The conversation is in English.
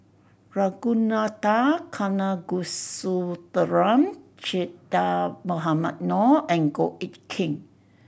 Ragunathar Kanagasuntheram Che Dah Mohamed Noor and Goh Eck Kheng